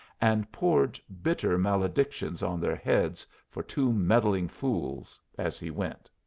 and poured bitter maledictions on their heads for two meddling fools as he went.